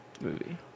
movie